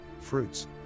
fruits